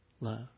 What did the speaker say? love